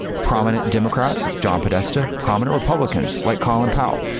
prominent democrats like john podesta, prominent republicans like colin powell.